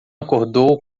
acordou